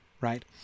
right